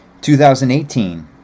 2018